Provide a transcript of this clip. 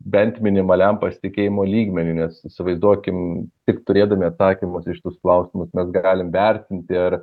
bent minimaliam pasitikėjimo lygmeniu nes įsivaizduokim tik turėdami atsakymus į šitus klausimus mes galim vertinti ar